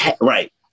Right